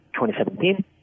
2017